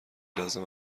لازم